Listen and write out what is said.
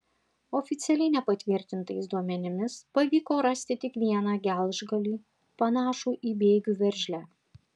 oficialiai nepatvirtintais duomenimis pavyko rasti tik vieną gelžgalį panašų į bėgių veržlę